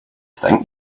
think